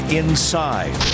inside